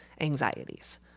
anxieties